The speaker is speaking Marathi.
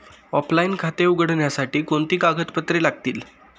ऑफलाइन खाते उघडण्यासाठी कोणती कागदपत्रे लागतील?